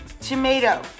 tomato